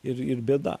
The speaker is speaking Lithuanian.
ir ir bėda